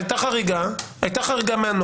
הייתה חריגה מהנוהל,